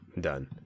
done